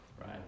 Right